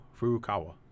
Furukawa